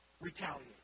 retaliate